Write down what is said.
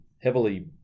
heavily